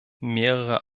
mehrere